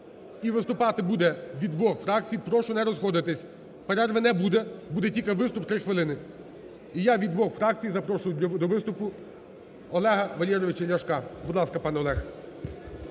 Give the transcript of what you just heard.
І виступати буде від двох фракцій. Прошу не розходитися, перерви не буде, буде тільки виступ три хвилини. І я від двох фракцій запрошую до виступу Олега Валерійовича Ляшка. Будь ласка, пане Олег.